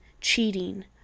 cheating